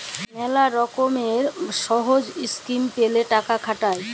ম্যালা লকমের সহব ইসকিম প্যালে টাকা খাটায়